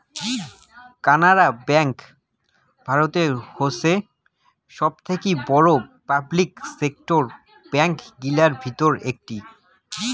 Canara bank ভারতের হসে সবথাকি বড়ো পাবলিক সেক্টর ব্যাঙ্ক গিলার ভিতর একটি